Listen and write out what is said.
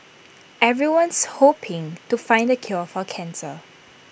everyone's hoping to find the cure for cancer